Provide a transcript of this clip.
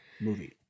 movie